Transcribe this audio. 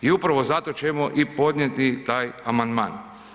I upravo zato ćemo i podnijeti taj amandman.